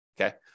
Okay